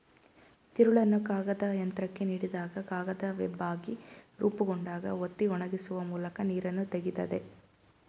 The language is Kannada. ತಿರುಳನ್ನು ಕಾಗದಯಂತ್ರಕ್ಕೆ ನೀಡಿದಾಗ ಕಾಗದ ವೆಬ್ಬಾಗಿ ರೂಪುಗೊಂಡಾಗ ಒತ್ತಿ ಒಣಗಿಸುವ ಮೂಲಕ ನೀರನ್ನು ತೆಗಿತದೆ